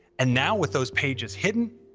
and now with those pages hidden,